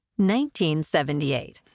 1978